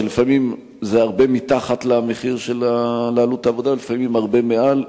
שלפעמים זה הרבה מתחת למחיר של עלות העבודה ולפעמים הרבה מעל.